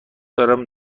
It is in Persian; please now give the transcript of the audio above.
دارم